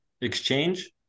exchange